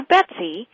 Betsy